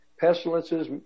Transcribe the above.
Pestilences